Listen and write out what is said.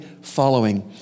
following